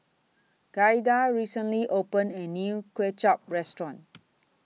Giada recently opened A New Kuay Chap Restaurant